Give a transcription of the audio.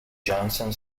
johnson